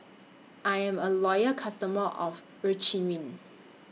I'm A Loyal customer of Eucerin